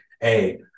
hey